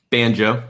Banjo